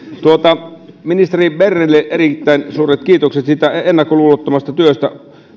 ministeri bernerille erittäin suuret kiitokset siitä ennakkoluulottomasta työstä